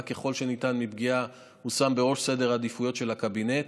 ככל שניתן מפגיעה הושמו בראש סדר העדיפויות של הקבינט.